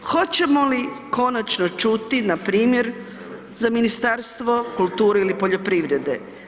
Hoćemo li konačno čuti npr. za Ministarstvo kulture ili poljoprivrede?